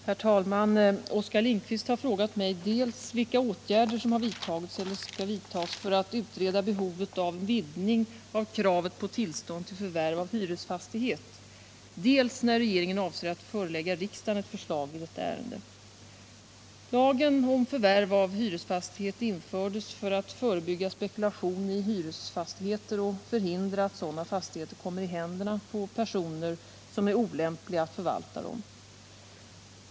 Herr talman! Oskar Lindkvist har frågat mig dels vilka åtgärder som har vidtagits eller skall vidtas för att utreda behovet av en vidgning av kravet på tillstånd till förvärv, av hyresfastighet, dels när regeringen avser att förelägga riksdagen ett förslag i detta ärende. Lagen om förvärv av hyresfastighet infördes för att förebygga spekulation i hyresfastigheter och förhindra att sådana fastigheter kommer i händerna på personer som är olämpliga att förvalta dem.